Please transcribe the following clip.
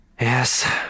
Yes